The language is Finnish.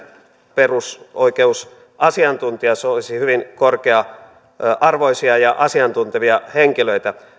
perusoikeusasiantuntijamme olisi hyvin korkea arvoisia ja asiantuntevia henkilöitä